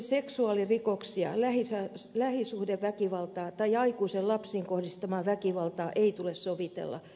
kuitenkaan seksuaalirikoksia lähisuhdeväkivaltaa tai aikuisten lapsiin kohdistamaa väkivaltaa ei tule sovitella